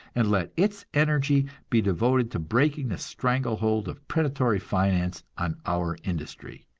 and let its energy be devoted to breaking the strangle-hold of predatory finance on our industry.